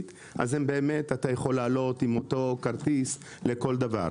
ואז אפשר לעלות עם אותו כרטיס לכל דבר.